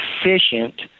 efficient